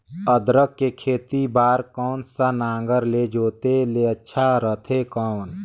अदरक के खेती बार कोन सा नागर ले जोते ले अच्छा रथे कौन?